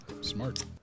Smart